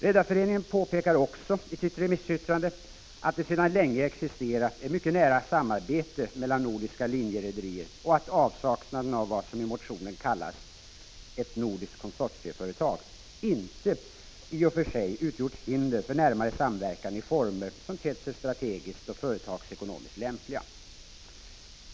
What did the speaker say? Redareföreningen påpekar också i sitt remissyttrande att det sedan länge existerar ett mycket nära samarbete mellan nordiska linjerederier och att avsaknaden av vad som i motionen kallas ”ett nordiskt konsortieföretag” inte i och för sig har utgjort hinder för närmare samverkan i former som tett sig strategiskt och företagsekonomiskt lämpliga.